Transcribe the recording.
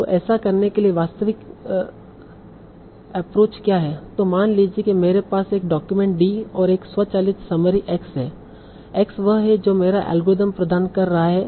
तो ऐसा करने के लिए वास्तविक एप्रोच क्या है तो मान लीजिए कि मेरे पास एक डॉक्यूमेंट D और एक स्वचालित समरी X है X वह है जो मेरा अल्गोरिथम प्रदान कर रहा है